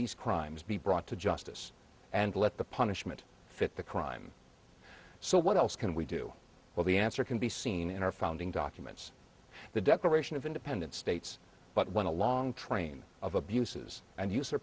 these crimes be brought to justice and let the punishment fit the crime so what else can we do well the answer can be seen in our founding documents the declaration of independence states but when a long train of abuses and us